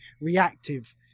reactive